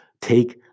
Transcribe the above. Take